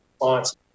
response